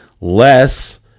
less